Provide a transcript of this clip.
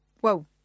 Whoa